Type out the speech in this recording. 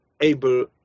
able